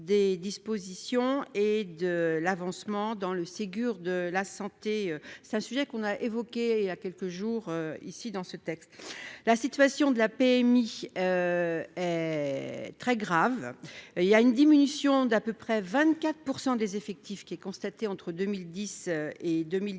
des dispositions et de l'avancement dans le Ségur de la santé, c'est un sujet qu'on a évoqué il y a quelques jours ici, dans ce texte, la situation de la PMI très grave, il y a une diminution d'à peu près 24 % des effectifs qui est constatée entre 2010 et 2019